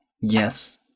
yes